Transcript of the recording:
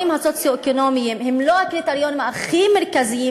הסוציו-אקונומיים הם לא הקריטריונים הכי מרכזיים,